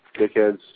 dickheads